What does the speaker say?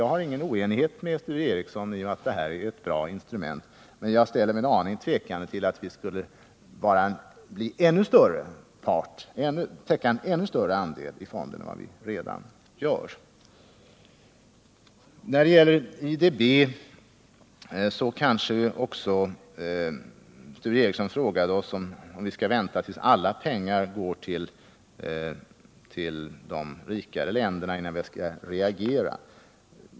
Jag är inte oense med Sture Ericson om att kapitalutvecklingsfonden är ett bra instrument, men jag ställer mig tveksam till att vår andel i fonden skall vara ännu större. Beträffande IDB frågade Sture Ericson om vi skall vänta med att reagera tills alla pengar har gått till de rikare länderna.